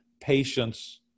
Patience